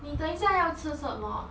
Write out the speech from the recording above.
你等一下要吃什么